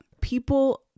People